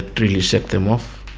really set them off.